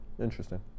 Interesting